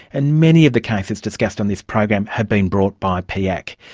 and many of the cases discussed on this program have been brought by piac.